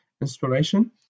inspiration